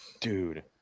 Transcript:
Dude